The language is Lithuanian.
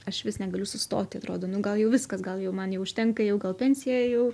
aš vis negaliu sustoti atrodo nu gal jau viskas gal jau man užtenka jau gal pensija jau